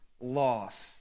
loss